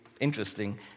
interesting